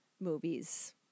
movies